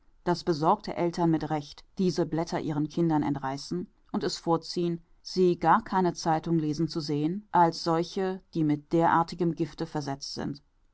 daß besorgte eltern mit recht diese blätter ihren kindern entreißen und es vorziehen sie gar keine zeitung lesen zu sehen als solche die mit derartigem gifte versetzt sind